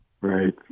Right